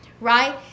right